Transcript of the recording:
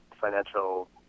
financial